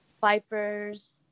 vipers